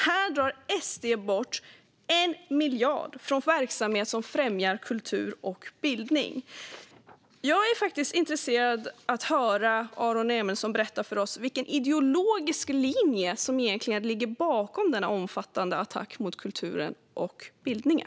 Här drar Sverigedemokraterna bort 1 miljard från verksamhet som främjar kultur och bildning. Jag är intresserad av att höra Aron Emilsson berätta för oss vilken ideologisk linje som egentligen ligger bakom denna omfattande attack mot kulturen och bildningen.